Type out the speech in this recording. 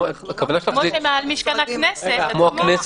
משכן הכנסת.